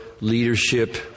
leadership